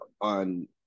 on